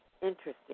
interesting